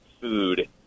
food